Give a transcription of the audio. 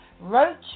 Roach